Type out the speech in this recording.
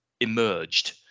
emerged